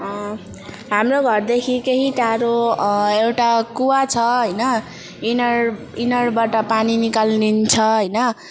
हाम्रो घरदेखि केही टाडो एउटा कुवा छ होइन इनार इनारबाट पानी निकालिन्छ होइन